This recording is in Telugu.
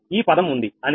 ఈ పదం ఉంది అని